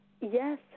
Yes